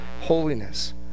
holiness